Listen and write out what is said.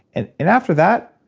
and and after that,